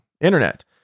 internet